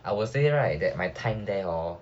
I will say right that my time there hor